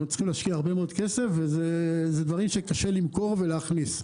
אנחנו צריכים להשקיע הרבה מאוד כסף וזה דברים שקשה למכור ולהכניס.